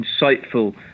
insightful